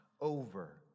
over